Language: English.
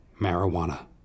marijuana